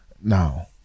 now